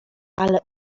ale